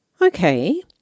okay